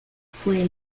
fue